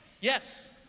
Yes